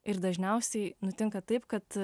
ir dažniausiai nutinka taip kad